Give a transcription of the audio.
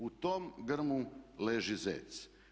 U tom grmu leži zec.